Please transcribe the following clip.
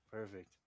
Perfect